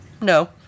No